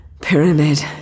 Pyramid